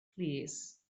plîs